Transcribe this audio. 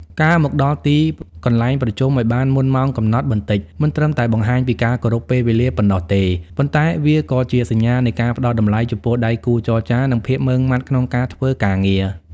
ការមកដល់ទីកន្លែងប្រជុំឱ្យបានមុនម៉ោងកំណត់បន្តិច មិនត្រឹមតែបង្ហាញពីការគោរពពេលវេលាប៉ុណ្ណោះទេ ប៉ុន្តែវាក៏ជាសញ្ញានៃការផ្តល់តម្លៃចំពោះដៃគូចរចា និងភាពម៉ឺងម៉ាត់ក្នុងការធ្វើការងារ។